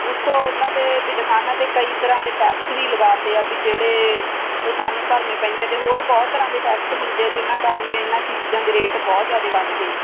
ਉੱਤੋਂ ਉਹਨਾਂ 'ਤੇ ਵੀ ਦੁਕਾਨਾਂ 'ਤੇ ਕਈ ਤਰ੍ਹਾਂ ਦੇ ਟੈਕਸ ਵੀ ਲਗਾ ਤੇ ਆ ਵੀ ਜਿਹੜੇ ਉਹ ਸਾਨੂੰ ਭਰਨੇ ਪੈਂਦੇ ਅਤੇ ਹੋਰ ਬਹੁਤ ਤਰ੍ਹਾਂ ਦੇ ਟੈਕਸ ਹੁੰਦੇ ਆ ਜਿਨ੍ਹਾਂ ਕਾਰਨ ਵੀ ਇਹਨਾਂ ਚੀਜ਼ਾਂ ਦੇ ਰੇਟ ਬਹੁਤ ਜ਼ਿਆਦਾ ਵੱਧ ਗਏ